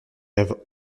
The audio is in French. rêves